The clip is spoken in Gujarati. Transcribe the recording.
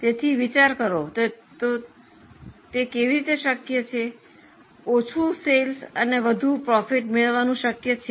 તેથી વિચાર કરો તે કેવી રીતે શક્ય છે ઓછા વેચાણ અને વધુ નફા મેળવવાનું શક્ય છે